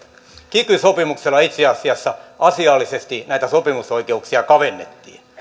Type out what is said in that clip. kiky sopimuksella itse asiassa asiallisesti näitä sopimusoikeuksia kavennettiin